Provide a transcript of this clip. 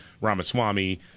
ramaswamy